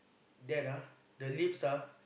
then ah the lips ah